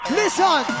listen